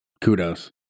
Kudos